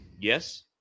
Yes